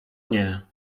nie